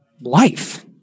life